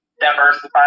Diversify